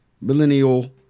millennial